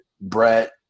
Brett